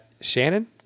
Shannon